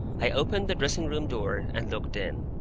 i opened the dressing-room door, and looked in.